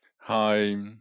Hi